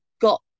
got